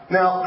Now